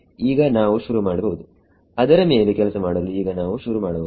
ಈಗ ನಾವು ಶುರುಮಾಡಬಹುದು ಅದರ ಮೇಲೆ ಕೆಲಸ ಮಾಡಲು ಈಗ ನಾವು ಶುರುಮಾಡಬಹುದು